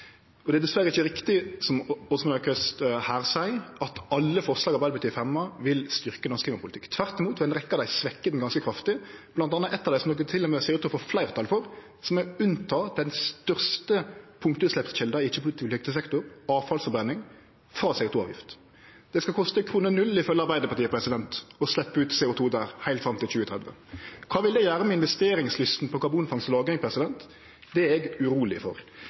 Og det er diverre ikkje riktig som Åsmund Aukrust seier, at alle forslaga Arbeidarpartiet har fremja, vil styrkje norsk klimapolitikk. Tvert imot vil ei rekkje av dei svekkje han ganske kraftig, bl.a. eitt av dei – som ein til og med ser ut til å få fleirtal for – som er å gje den største punktutsleppskjelda i ikkje-kvotepliktig sektor, avfallsforbrenning, unntak for sektoravgift. Der skal det ifølgje Arbeidarpartiet koste kroner null å sleppe ut CO 2 heilt fram til 2030. Kva vil det gjere med investeringslysta på karbonfangst og -lagring? Det er eg uroleg for.